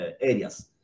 areas